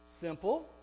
Simple